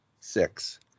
six